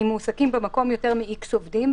אם מועסקים במקום יותר מ-X עובדים.